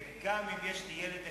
וגם אם יש לי ילד דפקטיבי,